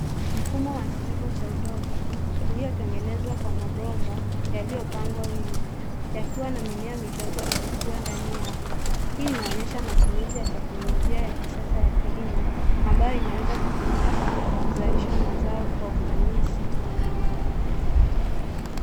Mfumo wa kilimo cha udongo uliotengenezwa kwa mabomba yaliyopangwa wima yakiwa na mimea midogo ikikuwa ndani yake. Hii inaonyesha matumizi ya teknolojia ya kisasa ya kilimo ambayo inaweza kutumika kuzalisha mazao kwa ufanisi.